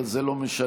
אבל זה לא משנה,